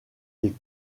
des